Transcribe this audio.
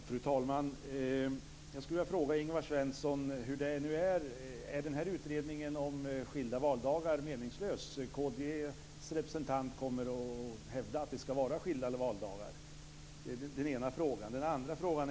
Fru talman! Jag skulle vilja fråga Ingvar Svensson hur det nu är: Är den här utredningen om skilda valdagar meningslös? Kd:s representant kommer att hävda att det ska vara skilda valdagar oavsett utgången. Det är den ena frågan.